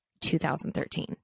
2013